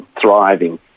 thriving